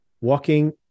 walking